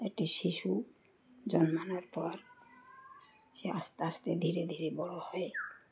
একটি শিশু জন্মানোর পর সে আস্তে আস্তে ধীরে ধীরে বড়ো হয়